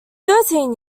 thirteen